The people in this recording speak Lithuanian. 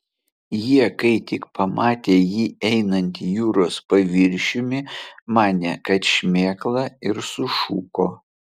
jie kai tik pamatė jį einantį jūros paviršiumi manė kad šmėkla ir sušuko